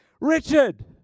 richard